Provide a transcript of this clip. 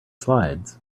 slides